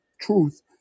truth